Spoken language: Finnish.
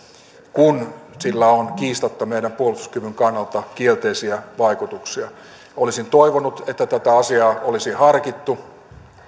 kun sillä on kiistatta meidän puolustuskykymme kannalta kielteisiä vaikutuksia olisin toivonut että tätä asiaa olisi harkittu